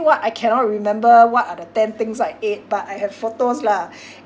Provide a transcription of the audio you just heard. what I cannot remember what are the ten things I ate but I have photos lah